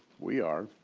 we are!